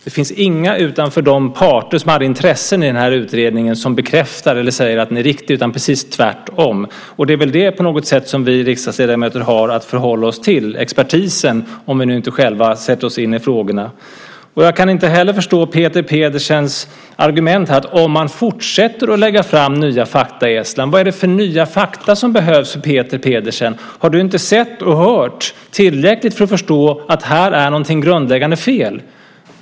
Det finns inga förutom de parter som hade intressen i den här utredningen som bekräftar eller säger att den är riktig utan precis tvärtom. Det är väl det som vi riksdagsledamöter har att förhålla oss till, expertisen, om vi nu inte själva sätter oss in i frågorna. Jag kan inte heller förstå Peter Pedersens argument när det gäller om man fortsätter att lägga fram nya fakta i Estland. Vad är det för nya fakta som behövs, Peter Pedersen? Har du inte sett och hört tillräckligt för att förstå att här är något grundläggande fel?